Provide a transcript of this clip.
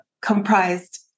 comprised